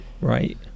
right